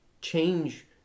change